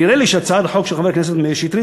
נראה לי שהצעת החוק של חבר הכנסת מאיר שטרית